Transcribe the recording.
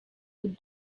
would